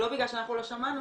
לא בגלל שלא שמענו,